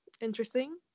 interesting